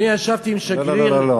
אני ישבתי עם שגריר, לא, לא, לא.